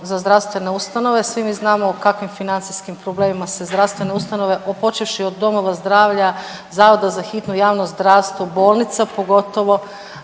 za zdravstvene ustanove, svi mi znamo u kakvim financijskim problemima se zdravstvene ustanove počevši od domova zdravlja, zavoda za hitnu, javno zdravstveno, bolnica pogotovo